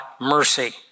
mercy